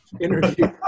interview